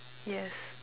yes